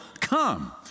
come